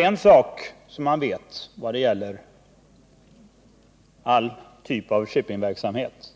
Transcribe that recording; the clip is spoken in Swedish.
En sak vet man nämligen när det gäller alla typer av shipping-verksamhet: